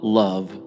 love